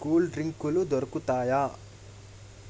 cool డ్రింకులు దొరుకుతాయా